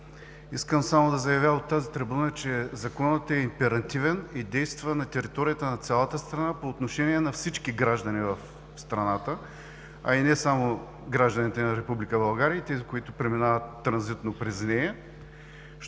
Искам само да заявя от тази трибуна, че законът е императивен и действа на територията на цялата страна по отношение на всички граждани в страната, а е не само гражданите на Република България, но и за тези, които преминават транзитно през нея.